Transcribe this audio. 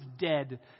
dead